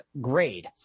grade